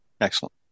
Excellent